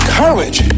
courage